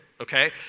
okay